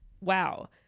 wow